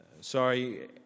Sorry